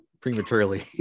prematurely